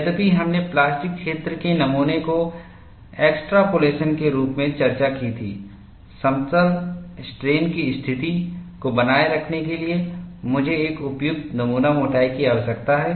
यद्यपि हमने प्लास्टिक क्षेत्र के नमूना को एक्स्ट्रापोलेशन के रूप में चर्चा की थी समतल स्ट्रेन की स्थिति को बनाए रखने के लिए मुझे एक उपयुक्त नमूना मोटाई की आवश्यकता है